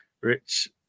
Rich